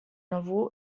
novel